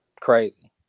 Crazy